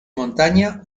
montaña